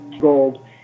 gold